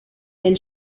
then